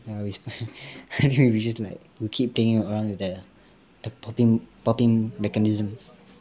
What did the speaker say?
ya we just like we keep playing around with that ah popping popping mechanisms